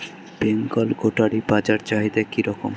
বেঙ্গল গোটারি বাজার চাহিদা কি রকম?